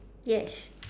yes